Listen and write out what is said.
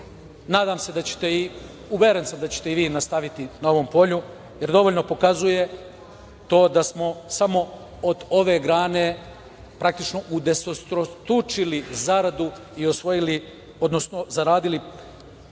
se da ćete, uveren sam da ćete i vi nastaviti na ovom polju, jer dovoljno pokazuje to da smo samo od ove grane praktično udesetostručili zaradu i osvojili, odnosno zaradili